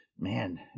man